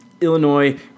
Illinois